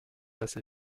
assez